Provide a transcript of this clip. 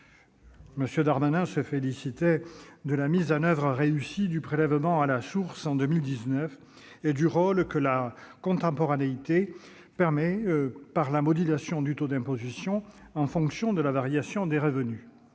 Darmanin se félicitait de la mise en oeuvre réussie du prélèvement à la source en 2019 et du rôle que la contemporanéité permet, par la modulation du taux d'imposition en fonction de la variation des revenus.